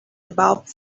above